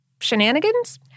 shenanigans